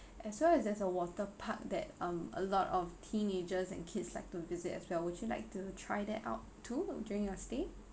as well as there's a waterpark that um a lot of teenagers and kids like to visit as well would you like to try that out too during your stay